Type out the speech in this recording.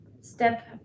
step